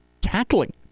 tackling